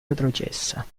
retrocessa